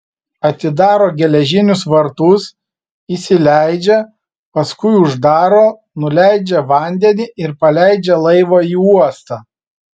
atidaro geležinius vartus įsileidžia paskui uždaro nuleidžia vandenį ir paleidžia laivą į uostą